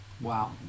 Wow